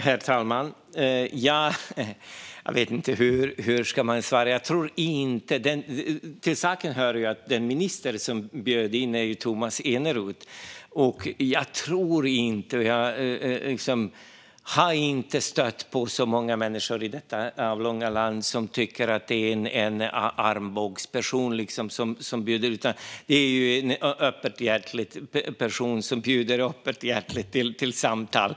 Herr talman! Jag vet inte hur man ska svara på det. Till saken hör att den minister som bjöd in är Tomas Eneroth, och jag har inte stött på så många människor i detta avlånga land som tycker att han är en armbågsperson. Han är en öppenhjärtig person som bjuder in öppenhjärtigt till samtal.